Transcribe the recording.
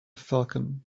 falcon